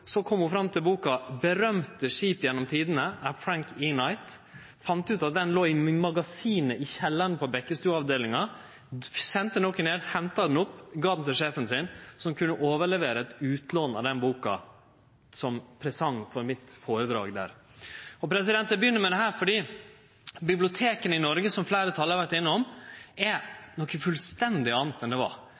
så kom ho fram til boka: «Berømte skip gjennom tidene» av Frank Knight. Ho fann ut at boka låg i magasinet i kjellaren på Bekkestua-avdelinga, ho sende nokon ned som henta henne opp og gav henne til sjefen sin, som så kunne overlevere eit utlån av boka som presang for føredraget mitt. Eg begynner med dette fordi biblioteka i Noreg, som fleire talarar har vore innom, i dag er noko fullstendig anna enn det